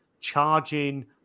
charging